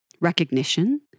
recognition